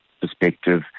perspective